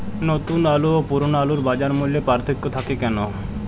নতুন আলু ও পুরনো আলুর বাজার মূল্যে পার্থক্য থাকে কেন?